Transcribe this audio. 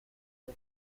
que